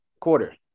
quarter